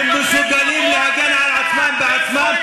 הם מסוגלים להגן על עצמם בעצמם.